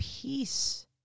peace